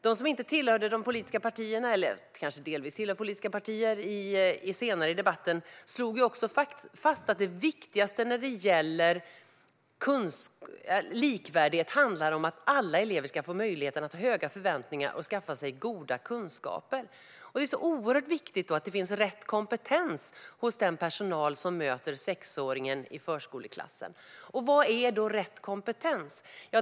De som inte tillhör de politiska partierna, eller som kanske bara delvis gör det, slog också senare i debatten fast att det viktigaste när det gäller likvärdighet handlar om att alla elever ska få möjligheter att ha höga förväntningar och att skaffa sig goda kunskaper. Det är därför oerhört viktigt att det finns rätt kompetens hos den personal som möter sexåringen i förskoleklassen. Vad är då rätt kompetens?